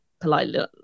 politely